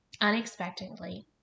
unexpectedly